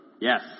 Yes